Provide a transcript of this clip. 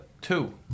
two